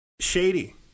Shady